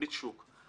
ריבית שוק.